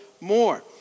more